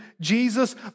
Jesus